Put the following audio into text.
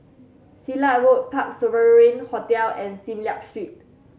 Silat Road Parc Sovereign Hotel and Sim Liak Street